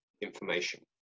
information